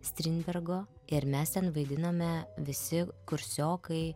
strindbergo ir mes ten vaidinome visi kursiokai